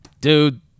dude